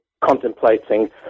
contemplating